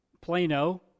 Plano